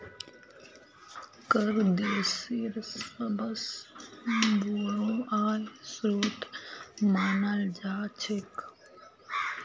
कर देशेर सबस बोरो आय स्रोत मानाल जा छेक